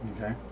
Okay